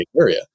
area